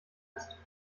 ist